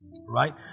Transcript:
right